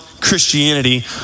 Christianity